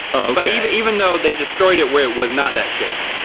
okay. but even though they destroyed it where it was not that shape.